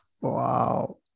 wow